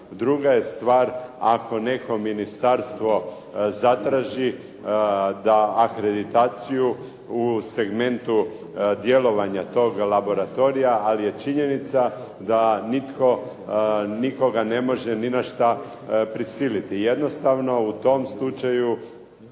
Druga je stvar ako neko ministarstvo zatraži da akreditaciju u segmentu djelovanja tog laboratorija, ali je činjenica da nitko nikoga ne može ni na šta prisiliti. Jednostavno u tom slučaju